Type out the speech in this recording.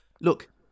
look